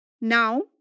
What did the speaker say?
Now